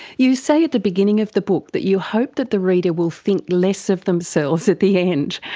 you say at the beginning of the book that you hope that the reader will think less of themselves at the end.